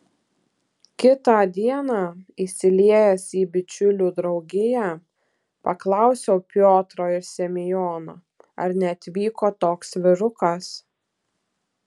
kitą dieną įsiliejęs į bičiulių draugiją paklausiau piotro ir semiono ar neatvyko toks vyrukas